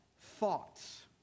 thoughts